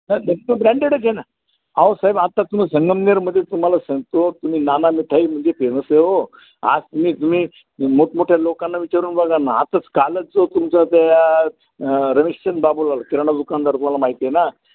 नाही मग तर ब्रँडेडच आहे ना अहो साहेब आता तुम्ही संगमनेरमध्ये तुम्हाला सांगतो तुम्ही नाना मिठाई म्हणजे फेमस आहे हो आज तुम्ही तुम्ही मोठमोठ्या लोकांना विचारून बघा ना आताच कालच जो तुमचं त्या रमेशचंद बाबूलाल किराणा दुकानदार तुम्हाला माहिती आहे ना